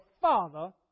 Father